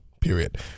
period